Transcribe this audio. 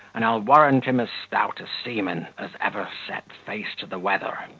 and i'll warrant him as stout a seaman as ever set face to the weather.